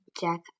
Jack